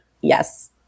Yes